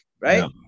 right